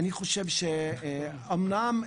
אני חושב שאומנם